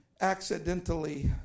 accidentally